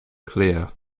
clear